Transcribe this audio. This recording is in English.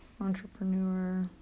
entrepreneur